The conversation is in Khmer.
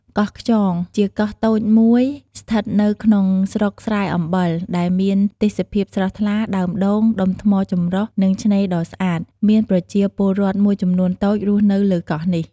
កោះខ្យង ជាកោះតូចមួយស្ថិតនៅក្នុងស្រុកស្រែអំបិល ដែលមានទេសភាពស្រស់ថ្លា ដើមដូង ដុំថ្មចម្រុះ និងឆ្នេរដ៏ស្អាត។ មានប្រជាពលរដ្ឋមួយចំនួនតូចរស់នៅលើកោះនេះ។